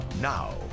now